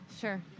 Sure